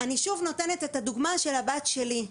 אני שוב נותנת את הדוגמה של הבת שלי: